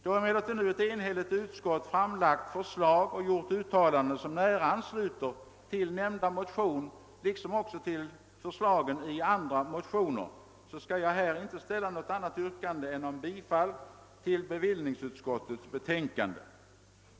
Då emellertid ett enhälligt utskott framlagt förslag och gjort uttalanden som nära ansluter till nämnda motion liksom till flera andra motioner, skall jag inte framställa något annat yrkande än om bifall till bevillningsutskottets hemställan.